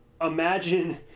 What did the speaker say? imagine